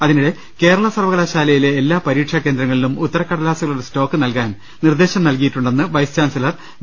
അതിനിടെ കേരള സർവകലാശാലയിലെ എല്ലാ പരീക്ഷാകേന്ദ്രങ്ങളിലും ഉത്തരകടലാസുകളുടെ സ്റ്റോക്ക് നൽകാൻ നിർദ്ദേശം നൽകിയിട്ടുണ്ടെന്ന് വൈസ് ചാൻസലർ വി